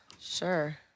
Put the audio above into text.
Sure